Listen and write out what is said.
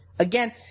Again